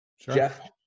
Jeff